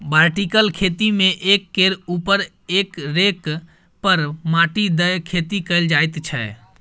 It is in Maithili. बर्टिकल खेती मे एक केर उपर एक रैक पर माटि दए खेती कएल जाइत छै